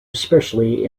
especially